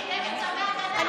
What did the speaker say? נשים נגד צווי הגנה.